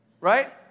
right